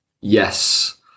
yes